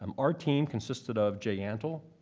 um our team consisted of jay antle,